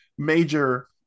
Major